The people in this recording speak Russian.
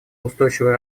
устойчивое